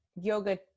yoga